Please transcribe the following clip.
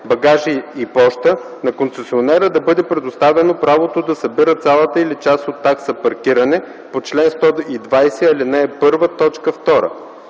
багажи и поща, на концесионера да бъде предоставено правото да събира цялата или част от такса „Паркиране” по чл. 120, ал.